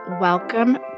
welcome